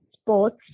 sports